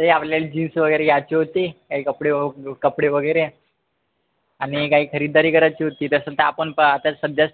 अरे आपल्याला जीन्स वगैरे घ्यायची होती काही कपडे व कपडे वगैरे आणि काही खरीदारी करायची होती तसं तर आपण प आता सद्याच